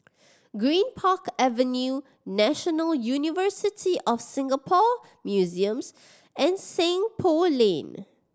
Greenpark Avenue National University of Singapore Museums and Seng Poh Lane